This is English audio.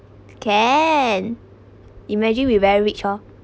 can imagine we very rich oh